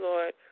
Lord